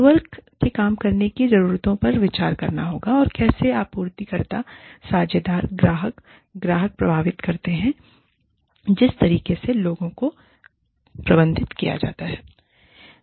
network के काम करने की जरूरतों पर विचार करना होगा कि कैसे आपूर्तिकर्ता साझेदार ग्राहक और ग्राहक प्रभावित करते जिस तरीके से लोगों को प्रबंधित किया जाता है